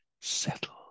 settle